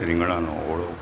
રીંગણાંનો ઓળો